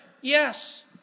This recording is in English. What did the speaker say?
Yes